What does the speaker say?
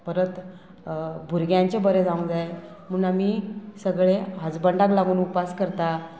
परत भुरग्यांचे बरें जावंक जाय म्हूण आमी सगळे हजबंडाक लागून उपास करता